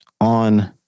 on